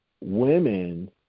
women